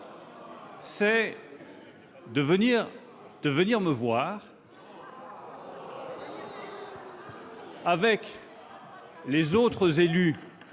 celle de venir me voir avec les autres élus